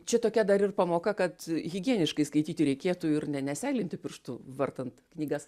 čia tokia dar ir pamoka kad higieniškai skaityti reikėtų ir ne nesėlinti pirštų vartant knygas